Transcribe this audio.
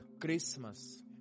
Christmas